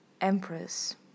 empress